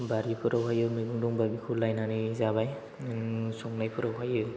बारिफोरावहाय मैगं दंब्ला बिखौ लायनानै जाबाय संनायफोराव